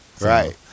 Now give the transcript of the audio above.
Right